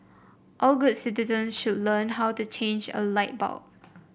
all good citizen should learn how to change a light bulb